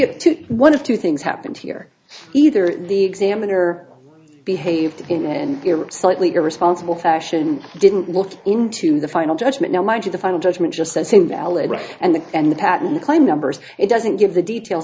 have to one of two things happened here either the examiner behaved in a slightly irresponsible fashion didn't look into the final judgement now mind you the final judgement just says invalid and the and the patent claim numbers it doesn't give the details